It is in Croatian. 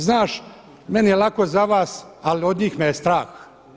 Znaš, meni je lako za vas ali od njih me je strah.